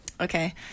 Okay